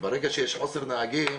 וברגע שיש חוסר נהגים